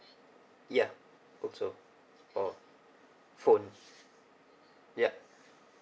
ya hope so oh phone ya